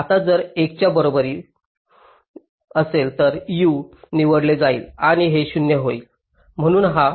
आता जर 1 च्या बरोबर असेल तर u निवडले जाईल आणि हे 0 होईल म्हणून हा